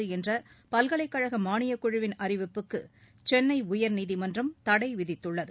சிதம்பரம் என்ற பல்கலைக்கழக மானியக் குழுவின் அறிவிப்புக்கு சென்னை உயர்நீதிமன்றம் தடை விதித்துள்ளது